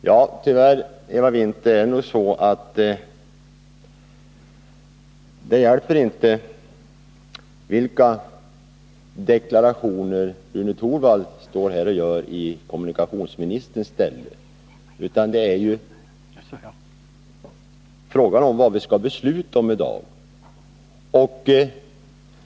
Herr talman! Tyvärr, Eva Winther, är det nog så att det inte hjälper vilka deklarationer Rune Torwald står här och gör i kommunikationsministerns ställe. Det är ju fråga om vad vi skall besluta i dag.